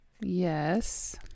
Yes